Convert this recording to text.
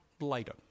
later